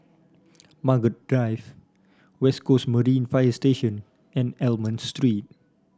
Margaret Drive West Coast Marine Fire Station and Almond Street